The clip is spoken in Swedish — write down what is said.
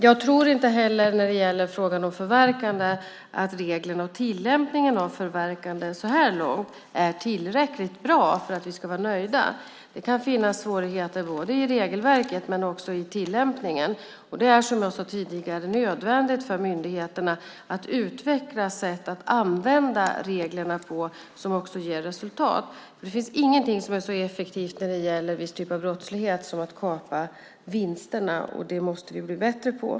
Jag tror inte heller att reglerna för och tillämpningen av förverkanden så här långt är tillräckligt bra för att vi ska vara nöjda. Det kan finnas svårigheter i regelverket och också i tillämpningen. Som jag sade tidigare är det nödvändigt för myndigheterna att utveckla sätt att använda reglerna på som ger resultat. Det finns ingenting som är så effektivt när det gäller en viss typ av brottslighet som att kapa vinsterna, och det måste vi bli bättre på.